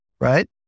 right